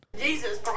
Jesus